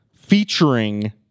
featuring